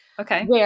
Okay